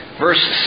verse